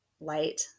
light